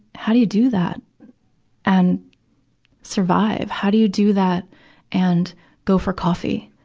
how do you do that and survive? how do you do that and go for coffee?